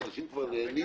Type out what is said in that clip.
כשאנשים כבר נהנים